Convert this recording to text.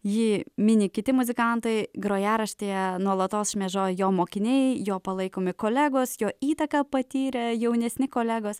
jį mini kiti muzikantai grojaraštyje nuolatos šmėžoja jo mokiniai jo palaikomi kolegos jo įtaką patyrę jaunesni kolegos